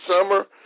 Summer